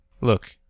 Look